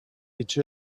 each